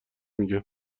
میگم